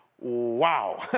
Wow